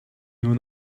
nur